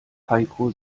heiko